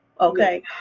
Okay